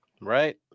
Right